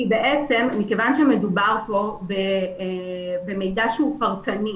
מכיוון שמדובר כאן במידע שהוא פרטני,